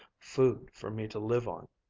food for me to live on.